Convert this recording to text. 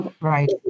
right